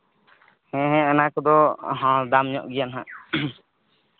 ᱦᱮᱸ ᱦᱮᱸ ᱚᱱᱟ ᱠᱚᱫᱚ ᱦᱚᱸ ᱫᱟᱢ ᱧᱚᱜ ᱜᱮᱭᱟ ᱱᱟᱜᱷ